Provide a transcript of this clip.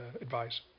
advice